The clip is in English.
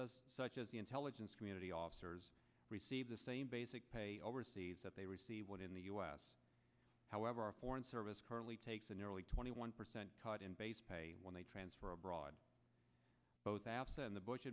of such as the intelligence community officers receive the same basic pay overseas that they receive what in the us however are foreign service currently takes a nearly twenty one percent cut in base pay when they transfer abroad both asset and the bush